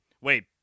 Wait